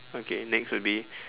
okay next would be